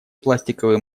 пластиковые